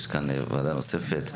יש כאן ועדה נוספת.